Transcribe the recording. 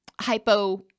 hypo